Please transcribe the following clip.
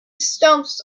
stumps